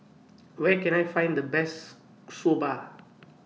Where Can I Find The Best Soba